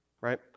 right